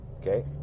Okay